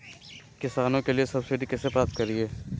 किसानों के लिए सब्सिडी कैसे प्राप्त करिये?